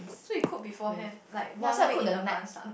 so you cook beforehand like one week in advance lah